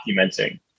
documenting